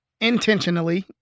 intentionally